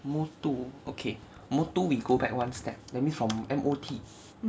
motu okay motu we go back one step that means from M O T